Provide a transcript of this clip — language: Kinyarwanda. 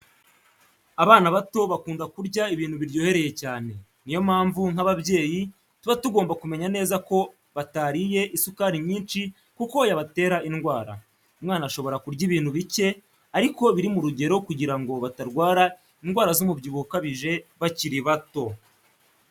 Abana bato bakunda kurya ibintu biryohereye cyane, ni yo mpamvu nk'ababyeyi tuba tugomba kumenya neza ko batariye isukari nyinshi kuko yabatera indwara. Umwana ashobora kurya ibintu bike ariko biri mu rugero kugira ngo batarwara indwara z'umubyibuho ukabije bakiri bato.